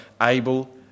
Abel